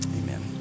amen